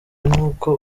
n’uko